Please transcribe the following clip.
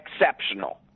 exceptional